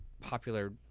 popular